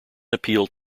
appealed